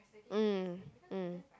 mm mm